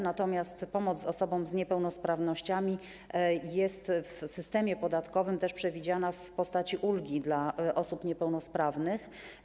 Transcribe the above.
Natomiast pomoc osobom z niepełnosprawnościami jest w systemie podatkowym też przewidziana w postaci ulgi dla osób niepełnosprawnych.